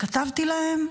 כתבתי להם: